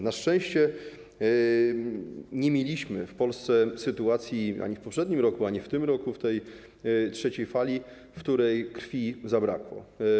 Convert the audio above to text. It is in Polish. Na szczęście nie mieliśmy w Polsce sytuacji - ani w poprzednim roku, ani w tym roku, w trzeciej fali - w której krwi zabrakło.